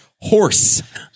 Horse